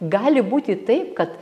gali būti taip kad